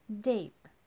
deep